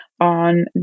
on